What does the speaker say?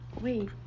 Wait